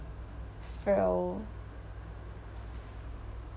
frail